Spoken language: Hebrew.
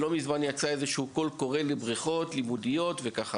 לא מזמן יצא קול קורא לבריכות לימודיות וכו'.